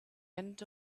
end